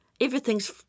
everything's